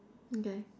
okay